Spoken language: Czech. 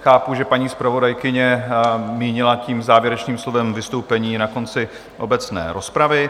Chápu, že paní zpravodajka mínila tím závěrečným slovem vystoupení na konci obecné rozpravy.